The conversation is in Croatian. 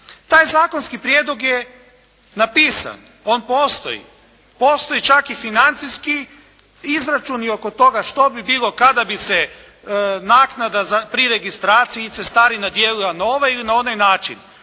Taj zakonski prijedlog je napisan. On postoji. Postoji čak i financijski izračuni oko toga što bi bilo kada bi se naknada pri registraciji i cestarina dijelila na ovaj ili onaj način.